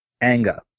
Anger